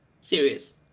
serious